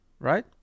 right